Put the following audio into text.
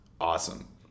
awesome